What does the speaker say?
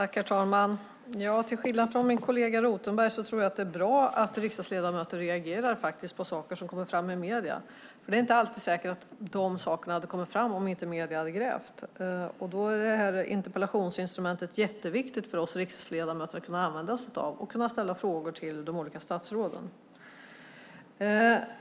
Herr talman! Till skillnad från min kollega Hans Rothenberg tror jag att det är bra att riksdagsledamöter reagerar på saker som kommer fram i medierna. Det är inte säkert att dessa saker alltid hade kommit fram om inte medierna hade grävt. Då är det mycket viktigt för oss riksdagsledamöter att kunna använda oss av interpellationsinstrumentet och kunna ställa frågor till de olika statsråden.